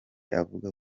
avuga